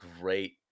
great